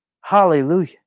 Hallelujah